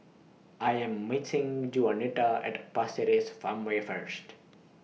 I Am meeting Juanita At Pasir Ris Farmway First